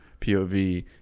POV